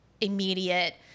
immediate